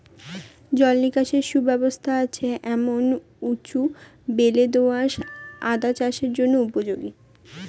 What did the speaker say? জল নিকাশের সুব্যবস্থা আছে এমন উঁচু বেলে দোআঁশ আদা চাষের জন্য উপযোগী